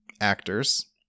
actors